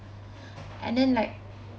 and then like